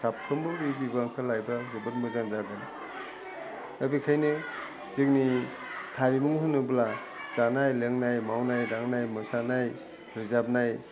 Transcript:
साफ्रोमबो बे बिबानखौ लायोबा जोबोद मोजां जागोन दा बेखायनो जोंनि हारिमु होनोब्ला जानाय लोंनाय मावनाय दांनाय मोसानाय रोजाबनाय